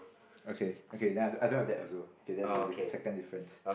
okay okay then I don't I don't have that also okay that's the second difference